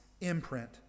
imprint